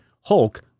Hulk